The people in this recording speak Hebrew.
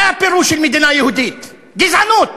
זה הפירוש של מדינה יהודית: גזענות.